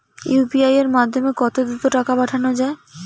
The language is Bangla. ইউ.পি.আই এর মাধ্যমে কত দ্রুত টাকা পাঠানো যায়?